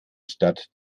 stadt